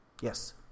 Yes